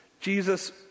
Jesus